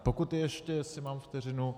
Pokud ještě mám vteřinu...